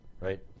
right